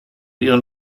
ihren